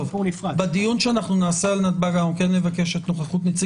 בדיון שנעשה על נתב"ג נבקש את נוכחות נציג